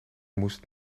moest